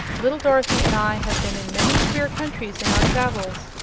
little dorothy and i have been in many queer countries in our travels,